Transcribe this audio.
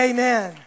Amen